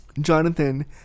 Jonathan